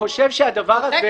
אני חושב שהדבר הזה,